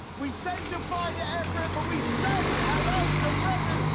we say good-bye to everett but we say hello to brendan.